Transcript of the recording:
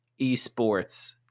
esports